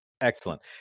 excellent